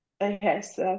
Yes